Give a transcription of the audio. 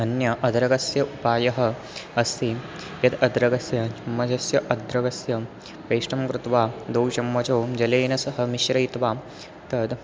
अन्य अद्रकस्य उपायः अस्ति यत् अद्रकस्य चम्मचस्य अद्रगस्य पेष्टं कृत्वा द्वौ चम्मचौ जलेन सह मिश्रयित्वा तत्